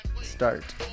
Start